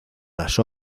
las